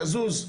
תזוז,